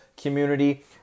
community